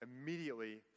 immediately